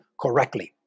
correctly